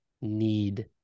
need